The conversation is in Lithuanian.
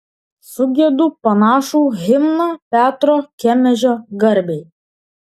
sugiedu panašų himną petro kemežio garbei